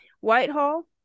Whitehall